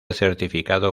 certificado